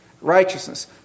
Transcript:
righteousness